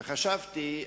וחשבתי,